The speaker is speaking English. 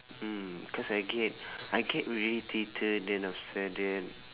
mm cause I get I get v~ irritated and upsetted